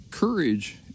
Courage